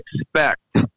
expect